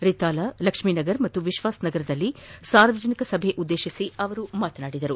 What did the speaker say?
ರಿತಾಲಾ ಲಕ್ಷ್ಮಿ ನಗರ್ ಹಾಗೂ ವಿಶ್ವಾಸ್ ನಗರಗಳಲ್ಲಿ ಸಾರ್ವಜನಿಕ ಸಭೆ ಉದ್ದೇಶಿಸಿ ಅವರು ಮಾತನಾಡಿದರು